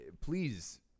please